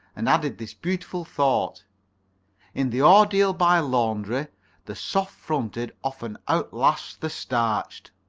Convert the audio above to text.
and added this beautiful thought in the ordeal by laundry the soft-fronted often outlasts the starched.